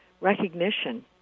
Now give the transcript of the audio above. recognition